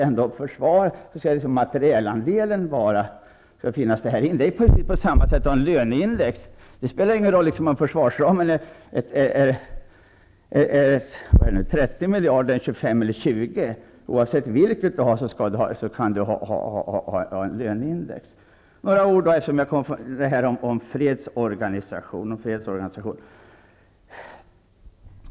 Men inom ramen skall ändå materielandelen finnas. På samma sätt är det med löneindex. Det spelar ingen roll om försvarsramen är på 20, 25 eller 30 miljarder. Oavsett vad som gäller skall det finnas ett löneindex. Så några ord om fredsorganisationen.